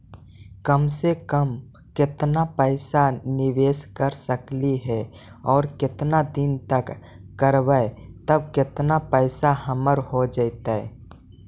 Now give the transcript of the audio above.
कम से कम केतना पैसा निबेस कर सकली हे और केतना दिन तक करबै तब केतना पैसा हमर हो जइतै?